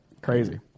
Crazy